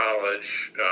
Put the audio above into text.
College